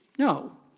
no.